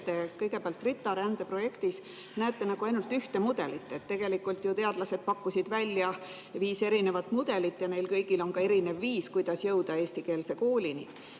te kõigepealt RITA-rände projektis näete nagu ainult ühte mudelit. Tegelikult ju teadlased pakkusid välja viis erinevat mudelit ja neil kõigil on erinev viis, kuidas jõuda eestikeelse koolini.